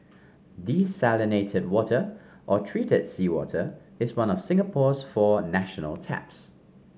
desalinated water or treated seawater is one of Singapore's four national taps